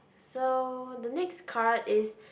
so the next card is